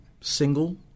single